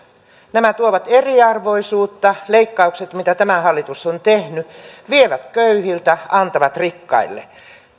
nämä tuovat eriarvoisuutta leikkaukset mitä tämä hallitus on tehnyt vievät köyhiltä antavat rikkaille